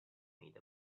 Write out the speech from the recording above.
made